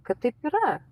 kad taip yra